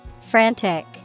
Frantic